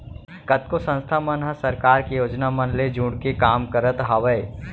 कतको संस्था मन ह सरकार के योजना मन ले जुड़के काम करत हावय